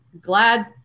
glad